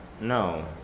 No